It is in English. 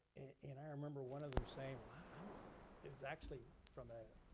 and i remember one of them saying, ah um it was actually from a